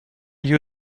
you